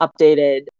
updated